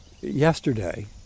yesterday